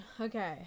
Okay